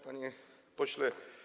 Panie Pośle!